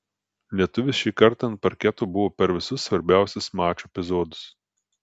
lietuvis šį kartą ant parketo buvo per visus svarbiausius mačo epizodus